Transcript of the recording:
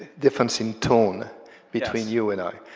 difference in tone between you and i.